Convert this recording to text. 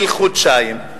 של חודשיים,